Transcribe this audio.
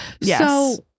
yes